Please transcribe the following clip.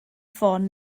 ffôn